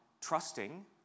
trusting